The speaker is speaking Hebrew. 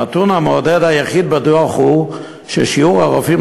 הנתון המעודד היחיד בדוח הוא ששיעור הרופאים